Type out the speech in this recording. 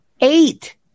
Eight